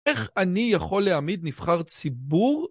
איך אני יכול להעמיד נבחר ציבור